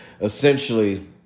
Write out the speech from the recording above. essentially